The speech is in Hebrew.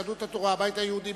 יהדות התורה והבית היהודי,